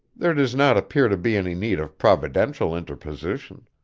there does not appear to be any need of providential interposition.